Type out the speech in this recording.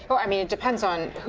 well, i mean depends on